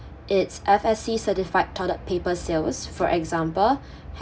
it's F_S_C certified toilet paper sales for example